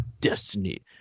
destiny